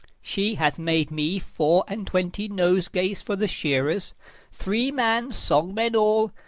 she hath made me four and twenty nosegays for the shearers three-man song-men all,